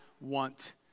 want